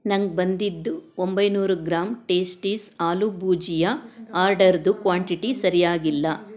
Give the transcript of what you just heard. ನಂಗೆ ಬಂದಿದ್ದು ಒಂಬೈನೂರು ಗ್ರಾಂ ಟೇಸ್ಟೀಸ್ ಆಲೂ ಭುಜಿಯಾ ಆರ್ಡರ್ದು ಕ್ವಾಂಟಿಟಿ ಸರಿಯಾಗಿಲ್ಲ